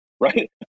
right